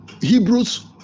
Hebrews